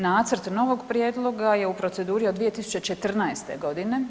Nacrt novog prijedloga je u proceduri od 2014. godine.